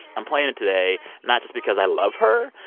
i'm playing it today, not just because i love her,